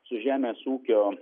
su žemės ūkio